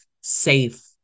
safe